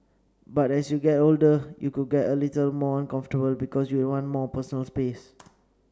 but as you get older it could get a little more uncomfortable because you'd want more personal space